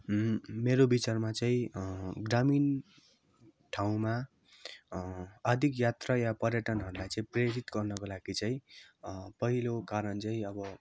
मेरो विचारमा चाहिँ ग्रामीण ठाउँमा अधिक यात्रा या पर्यटनहरूलाई चाहिँ प्रेरित गर्नुको लागि चाहिँ पहिलो कारण चाहिँ अब